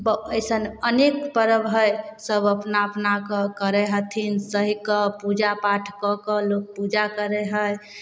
ब अइसन अनेक पर्व है सब अपना अपनाके करय हथिन सहिकऽ पूजा पाठ कऽ कऽ लोक पूजा करय हइ